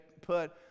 put